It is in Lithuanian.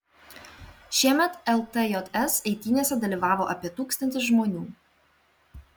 šiemet ltjs eitynėse dalyvavo apie tūkstantis žmonių